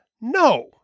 no